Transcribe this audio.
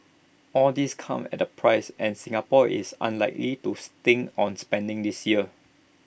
all this comes at A price and Singapore is unlikely to stint on spending this year